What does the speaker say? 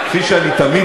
זה.